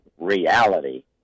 reality